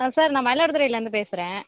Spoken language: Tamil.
ஆ சார் நான் மயிலாடுதுறையில இருந்து பேசுகிறேன்